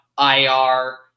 IR